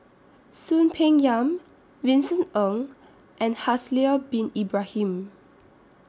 Soon Peng Yam Vincent Ng and Haslir Bin Ibrahim